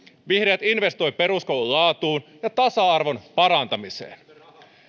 vihreät investoi peruskoulun laatuun ja tasa arvon parantamiseen